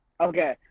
Okay